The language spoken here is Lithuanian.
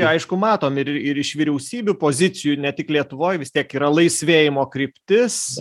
aišku matom ir ir iš vyriausybių pozicijų ne tik lietuvoj vis tiek yra laisvėjimo kryptis